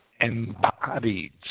embodied